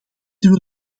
willen